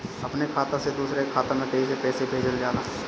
अपने खाता से दूसरे के खाता में कईसे पैसा भेजल जाला?